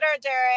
Derek